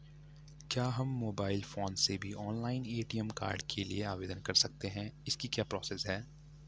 क्या हम mobile phone से भी ऑनलाइन ए.टी.एम कार्ड के लिए आवेदन कर सकते हैं इसकी क्या प्रोसेस है?